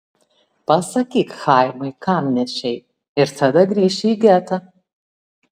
pasakyk chaimai kam nešei ir tada grįši į getą